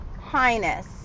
Highness